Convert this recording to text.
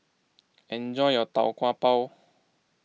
enjoy your Tau Kwa Pau